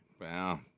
Wow